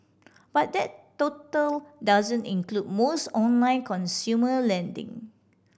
but that total doesn't include most online consumer lending